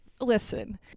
listen